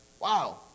Wow